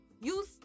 use